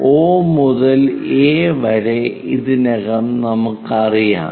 O മുതൽ A വരെ ഇതിനകം നമുക്കറിയാം